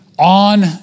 On